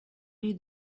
rue